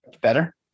Better